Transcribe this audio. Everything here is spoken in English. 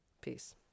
Peace